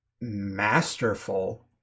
masterful